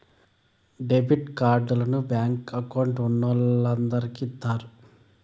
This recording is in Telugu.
డెబిట్ కార్డుని బ్యాంకు అకౌంట్ ఉన్నోలందరికి ఇత్తారు